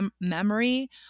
memory